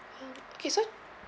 um okay so